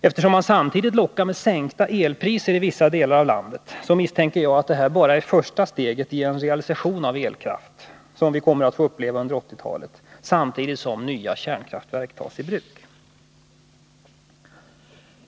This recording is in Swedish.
Eftersom man samtidigt lockar med sänkta elpriser i vissa delar av landet, misstänker jag att detta bara är första steget i en realisation av elkraft som vi kommer att få uppleva under 1980-talet, samtidigt som nya kärnkraftverk tas i bruk.